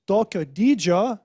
tokio dydžio